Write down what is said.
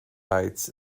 heights